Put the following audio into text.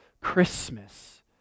Christmas